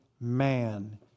man